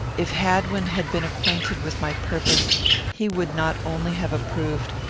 if hadwin had been acquainted with my purpose he would not only have approved,